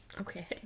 Okay